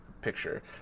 picture